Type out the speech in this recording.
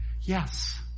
yes